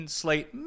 slate